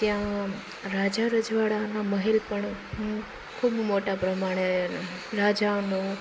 ત્યાં રાજા રજવાડાઓના મહેલ પણ ખૂબ મોટા પ્રમાણે રાજાઓનો